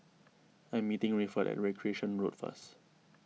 I am meeting Rayford at Recreation Road first